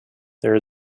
there